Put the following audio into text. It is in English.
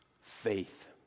Faith